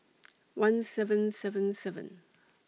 one seven seven seven